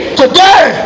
today